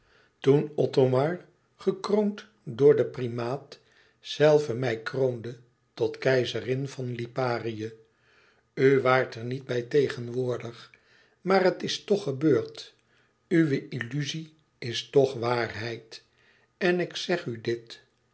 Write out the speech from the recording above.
toen othomar gekroond door den primaat zelve mij kroonde tot keizerin van liparië u waart er niet bij tegenwoordig maar het is toch gebeurd uwe illuzie is toch waarheid en ik zeg u dit